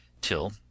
till